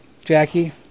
Jackie